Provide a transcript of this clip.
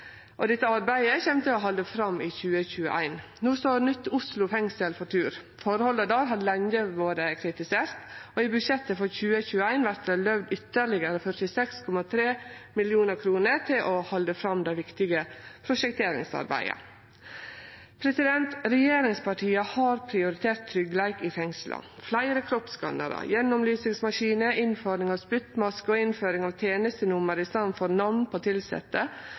og dette arbeidet kjem til å halde fram i 2021. No står nytt Oslo fengsel for tur. Forholda der har lenge vore kritiserte, og i budsjettet for 2021 vert det løyvt ytterlegare 46,3 mill. kr til å halde fram det viktige prosjekteringsarbeidet. Regjeringspartia har prioritert tryggleik i fengsla. Fleire kroppsskannarar, gjennomlysingsmaskiner, innføring av spyttmasker og innføring av tenestenummer i stadet for namn på tilsette